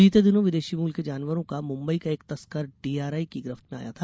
बीते दिनों विदेशी मूल के जानवरों का मुंबई का एक तस्कर डीआरआई की गिरफ्त में आया था